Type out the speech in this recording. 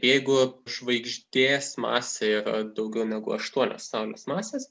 jeigu žvaigždės masė yra daugiau negu aštuonios saulės masės